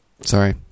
Sorry